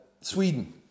Sweden